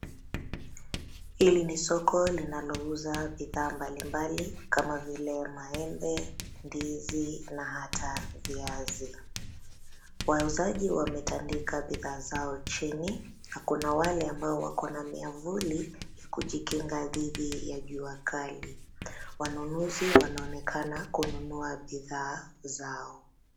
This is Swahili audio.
Hili ni soko linalouza bidhaa mbali mbali kama vile maembe, ndizi na hata viazi, wauzaji wametandika bidhaa zao jini kuna wale wako na miavuli ya kujinginga dhidi ya jua kali . Wanunuzi wanaonekana kununua bidhaa zao.